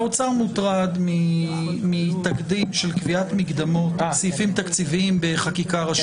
שהאוצר מוטרד מתקדים של קביעת סעיפים תקציביים בחקיקה ראשית.